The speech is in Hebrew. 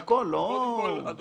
אני